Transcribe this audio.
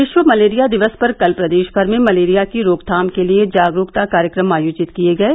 विश्व मलेरिया दिवस पर कल प्रदेश भर में मलेरिया की रोकथाम के लिये जागरूकता कार्यक्रम आयोजित किये गये